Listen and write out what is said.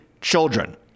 children